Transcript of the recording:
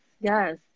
yes